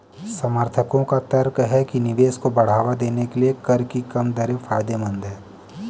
समर्थकों का तर्क है कि निवेश को बढ़ावा देने के लिए कर की कम दरें फायदेमंद हैं